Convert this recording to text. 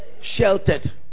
Sheltered